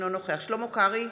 אינו נוכח שלמה קרעי,